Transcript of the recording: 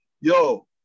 yo